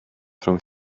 rhwng